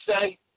say